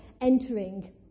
entering